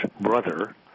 brother